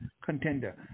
contender